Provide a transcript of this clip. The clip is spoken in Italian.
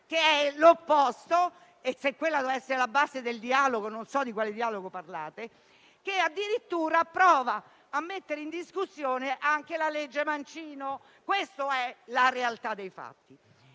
che è l'opposto - se quella doveva essere la base del dialogo, non so di quale dialogo parlate - e che addirittura prova a mettere in discussione anche la legge Mancino. Questa è la realtà dei fatti.